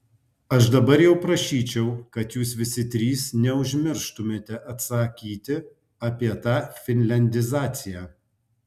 aš dabar jau prašyčiau kad jūs visi trys neužmirštumėte atsakyti apie tą finliandizaciją